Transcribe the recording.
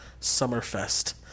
SummerFest